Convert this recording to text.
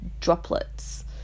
droplets